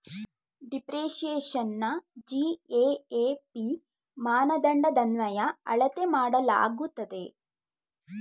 ಡಿಪ್ರಿಸಿಯೇಶನ್ನ GAAP ಮಾನದಂಡದನ್ವಯ ಅಳತೆ ಮಾಡಲಾಗುತ್ತದೆ